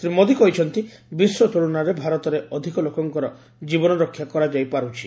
ଶ୍ରୀ ମୋଦୀ କହିଛନ୍ତି ବିଶ୍ୱ ତୁଳନାରେ ଭାରତରେ ଅଧିକ ଲୋକଙ୍କର ଜୀବନରକ୍ଷା କରାଯାଇ ପାରୁଛି